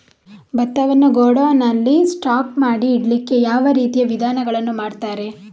ಭತ್ತವನ್ನು ಗೋಡೌನ್ ನಲ್ಲಿ ಸ್ಟಾಕ್ ಮಾಡಿ ಇಡ್ಲಿಕ್ಕೆ ಯಾವ ರೀತಿಯ ವಿಧಾನಗಳನ್ನು ಮಾಡ್ತಾರೆ?